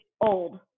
old